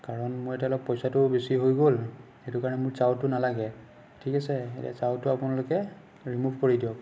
কাৰণ মই এতিয়া অলপ পইচাটোও বেছি হৈ গ'ল সেইটো কাৰণে মোৰ চাউটো নালাগে ঠিক আছে এতিয়া চাউটো আপোনালোকে ৰিম'ভ কৰি দিয়ক